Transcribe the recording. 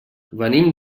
venim